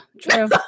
True